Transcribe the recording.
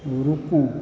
रूकु